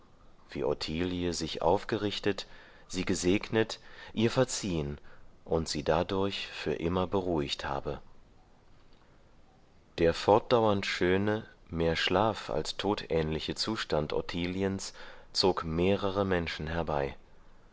wie ottilie sich aufgerichtet sie gesegnet ihr verziehen und sie dadurch für immer beruhigt habe der fortdauernd schöne mehr schlaf als todähnliche zustand ottiliens zog mehrere menschen herbei